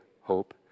hope